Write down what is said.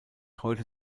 heute